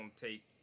take